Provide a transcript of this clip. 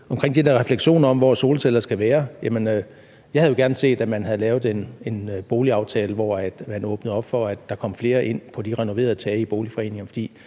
der refleksioner over, hvor solceller skal være, vil jeg sige, at jeg jo gerne havde set, at man havde lavet en boligaftale, hvor man åbnede op for, at der kom flere ind på de renoverede tage i boligforeninger.